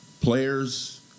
players